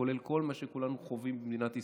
כולל כל מה שכולנו חווים במדינת ישראל.